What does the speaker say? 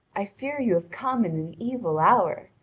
i fear you have come in an evil hour.